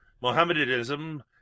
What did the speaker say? Mohammedanism